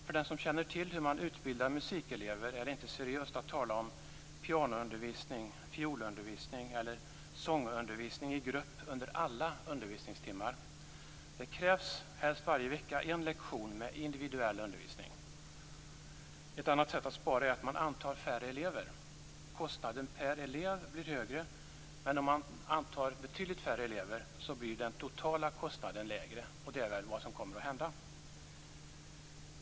För den som känner till hur man utbildar musikelever är det inte seriöst att tala om pianoundervisning, fiolundervisning eller sångundervisning i grupp under alla undervisningstimmar. Det krävs helst varje vecka en lektion med individuell undervisning. Ett annat sätt att spara är att man antar färre elever. Kostnaden per elev blir högre, men om man antar betydligt färre elever blir den totala kostnaden lägre. Det är väl vad som kommer att hända.